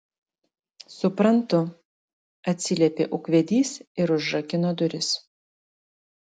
suprantu atsiliepė ūkvedys ir užrakino duris